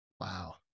Wow